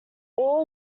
all